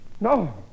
No